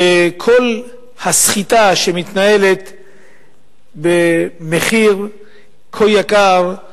וכל הסחיטה שמתנהלת במחיר כה יקר,